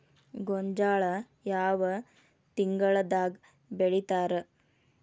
ಗೋಂಜಾಳ ಯಾವ ತಿಂಗಳದಾಗ್ ಬೆಳಿತಾರ?